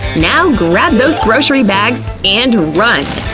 now grab those grocery bags and run!